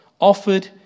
offered